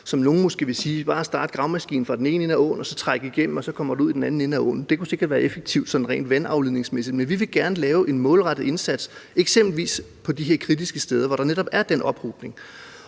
som nogle måske ville sige, bare at starte gravemaskinen fra den ene ende af åen, trække igennem og så komme ud i den anden ende af åen. Det kunne sikkert være effektivt sådan rent vandafledningsmæssigt, men vi vil gerne lave en målrettet indsats, eksempelvis på de her kritiske steder, hvor der netop er den ophobning.